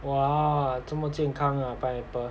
!wah! 这么健康 ah pineapple